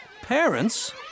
Parents